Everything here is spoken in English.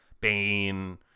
bane